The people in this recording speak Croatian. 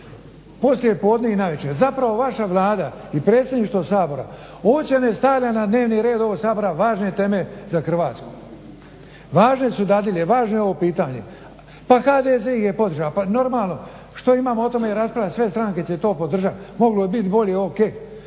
poslijepodne i navečer? Zapravo vaša Vlada i predsjedništvo Sabora uopće ne stavlja na dnevni red ovog Sabora važne teme za Hrvatsku. Važne su dadilje i važno je ovo pitanje, pa HDZ ih je podržao, pa normalno. Što imamo o tome i raspravljati? Sve stranke će to podržati. Moglo je biti bolje, ok.